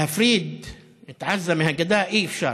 להפריד את עזה מהגדה אי-אפשר.